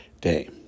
day